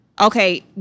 Okay